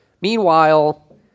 Meanwhile